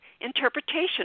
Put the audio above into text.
interpretation